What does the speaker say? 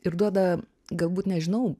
ir duoda galbūt nežinau